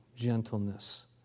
gentleness